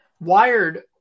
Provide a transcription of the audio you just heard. Wired